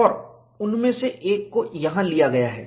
और उनमें से एक को यहाँ लिया गया है